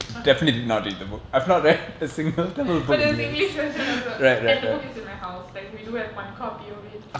but there's english version also and the book is in my house like we do have one copy of it